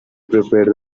prepared